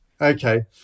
Okay